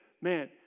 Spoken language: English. man